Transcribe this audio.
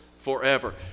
forever